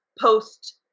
post